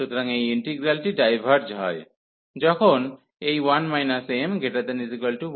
সুতরাং এই ইন্টিগ্রালটি ডাইভার্জ হয় যখন এই 1 m≥1 হয় অর্থাৎ এই m≤0